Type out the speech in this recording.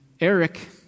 Eric